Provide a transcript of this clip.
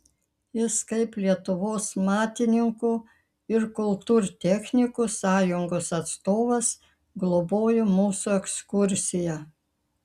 jis kaip lietuvos matininkų ir kultūrtechnikų sąjungos atstovas globojo mūsų ekskursiją